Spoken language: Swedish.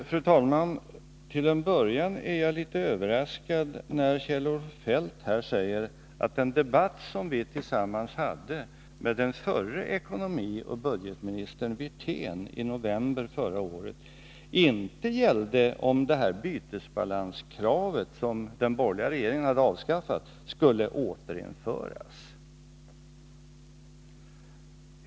Fru talman! Först vill jag säga att jag blev litet överraskad när Kjell-Olof Feldt sade att den debatt som vi tillsammans hade med förre ekonomioch budgetministern Wirtén i november förra året inte gällde om det här bytesbalanskravet som den borgerliga regeringen hade avskaffat skulle återinföras.